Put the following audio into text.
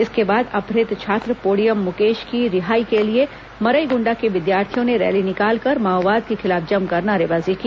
इसके बाद अपहित छात्र पोड़ियम मुकेश की रिहाई के लिए मरईगुंडा के विद्यार्थियों ने रैली निकालकर माओवाद के खिलाफ जमकर नारेबाजी की